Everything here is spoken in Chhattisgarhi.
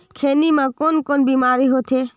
खैनी म कौन कौन बीमारी होथे?